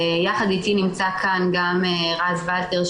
יחד איתי נמצא כאן גם רז ולטר,